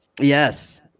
Yes